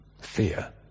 fear